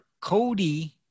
Cody